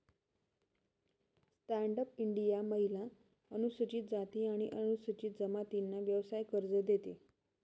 stand up India महिला, अनुसूचित जाती आणि अनुसूचित जमातींना व्यवसाय कर्ज देते